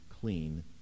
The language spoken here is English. clean